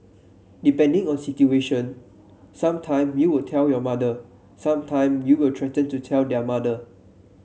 depending on situation some time you would tell your mother some time you will threaten to tell their mother